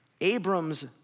Abram's